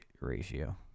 ratio